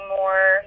more